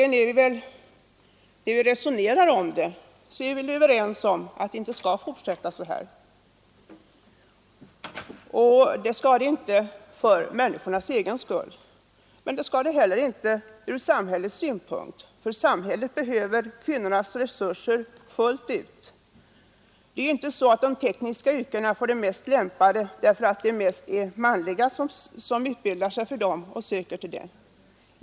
När vi resonerar om detta är vi väl egentligen överens om att det inte skall fortsätta så här vare sig för människornas eller för samhällets skull. Samhället behöver kvinnornas resurser fullt ut. Det är inte så att de tekniska yrkena är bäst lämpade för män därför att det oftast är män som utbildar sig för dem.